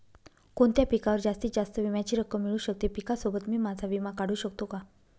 कोणत्या पिकावर जास्तीत जास्त विम्याची रक्कम मिळू शकते? पिकासोबत मी माझा विमा काढू शकतो का?